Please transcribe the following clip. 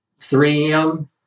3M